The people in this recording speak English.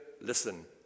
listen